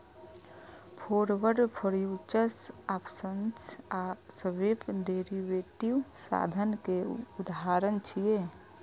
forward, futures, options आ swap derivative साधन के उदाहरण छियै